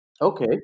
Okay